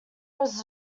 was